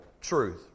truth